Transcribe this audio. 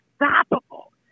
unstoppable